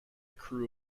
crew